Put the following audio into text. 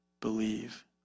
believe